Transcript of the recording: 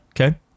Okay